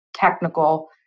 technical